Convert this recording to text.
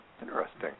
Interesting